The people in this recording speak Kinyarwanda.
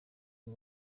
y’u